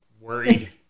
worried